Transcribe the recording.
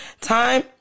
Time